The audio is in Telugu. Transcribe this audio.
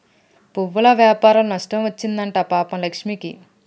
పువ్వుల వ్యాపారంలో నష్టం వచ్చింది అంట పాపం లక్ష్మికి